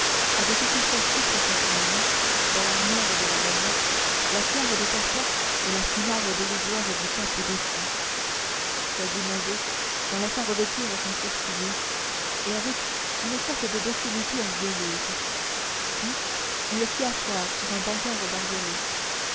avaient été chercher processionnellement dans l'armoire de la basoche la tiare de carton et la simarre dérisoire du pape des fous quasimodo s'en laissa revêtir sans sourciller et avec une sorte de docilité orgueilleuse puis on le fit asseoir sur un brancard bariolé